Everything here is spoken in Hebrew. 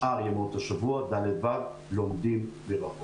שאר ימות השבוע תלמידי ד-ו